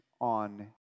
on